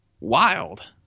wild